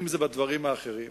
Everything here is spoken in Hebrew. אם זה בדברים האחרים,